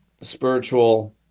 spiritual